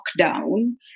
lockdown